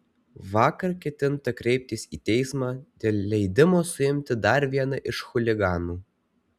vakar ketinta kreiptis į teismą dėl leidimo suimti dar vieną iš chuliganų